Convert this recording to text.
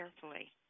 carefully